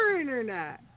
internet